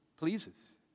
pleases